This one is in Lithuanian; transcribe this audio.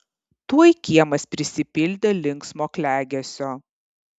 tuoj kiemas prisipildė linksmo klegesio